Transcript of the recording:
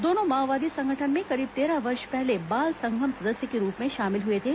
दोनों माओवादी संगठन में करीब तेरह वर्ष पहले बाल संघम सदस्य के रूप में शामिल हुए थे